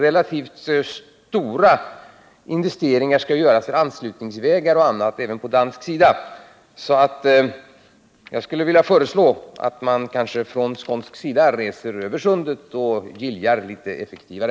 Relativt stora investeringar i anslutningsvägar och annat skall ju göras även på den danska sidan. Jag skulle därför vilja föreslå att man från skånsk sida reser över Sundet och giljar litet effektivare.